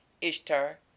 Ishtar